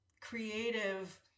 creative